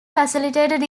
facilitated